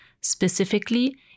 specifically